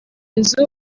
nzu